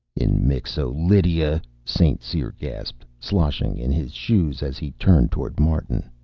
in mixo-lydia, st. cyr gasped, sloshing in his shoes as he turned toward martin,